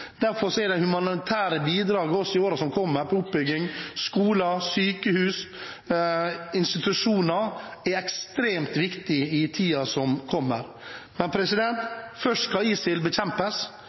Derfor er det humanitære bidraget til oppbygging av skoler, sykehus og institusjoner ekstremt viktig i tiden som kommer. Men først skal ISIL bekjempes.